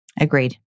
Agreed